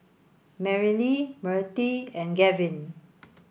Merrilee Mirtie and Gavyn